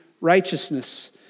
righteousness